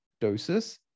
doses